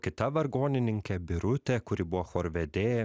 kita vargonininkė birutė kuri buvo chorvedė